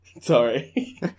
Sorry